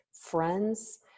friends